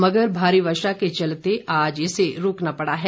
मगर भारी वर्षा के चलते आज इसे रोकना पड़ा है